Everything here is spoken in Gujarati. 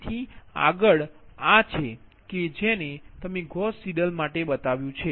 તેથી આગળ આ છે કે જેને તમે ગૌસ સીડેલ માટે બતાવ્યું છે